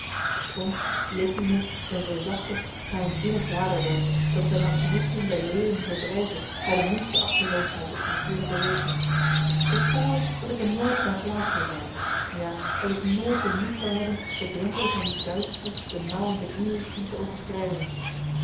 leek i me een reusachtig geheimzinning raderwerk dat zijn machinisten de leden verbrijzelt bij de minste achteloosheid of verkeerde beweging ik voelde dat ik er nooit op mijn plaats zou zijn ja dat ik nooit de moed zou hebben de drempel van die duistere benauwende inrichting te overschrijden